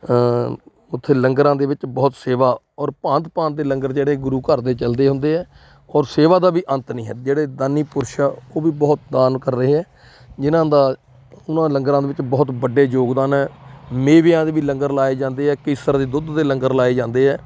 ਉੱਥੇ ਲੰਗਰਾਂ ਦੇ ਵਿੱਚ ਬਹੁਤ ਸੇਵਾ ਔਰ ਭਾਂਤ ਭਾਂਤ ਦੇ ਲੰਗਰ ਜਿਹੜੇ ਗੁਰੂ ਘਰ ਦੇ ਚੱਲਦੇ ਹੁੰਦੇ ਆ ਔਰ ਸੇਵਾ ਦਾ ਵੀ ਅੰਤ ਨਹੀਂ ਹੈ ਜਿਹੜੇ ਦਾਨੀ ਪੁਰਸ਼ ਹੈ ਉਹ ਵੀ ਬਹੁਤ ਦਾਨ ਕਰ ਰਹੇ ਹੈ ਜਿਨ੍ਹਾਂ ਦਾ ਉਹਨਾਂ ਲੰਗਰਾਂ ਦੇ ਵਿੱਚ ਬਹੁਤ ਵੱਡੇ ਯੋਗਦਾਨ ਹੈ ਮੇਵਿਆਂ ਦੇ ਵੀ ਲੰਗਰ ਲਗਾਏ ਜਾਂਦੇ ਹੈ ਕੇਸਰ ਦੇ ਦੁੱਧ ਦੇ ਲੰਗਰ ਲਗਾਏ ਜਾਂਦੇ ਹੈ